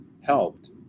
helped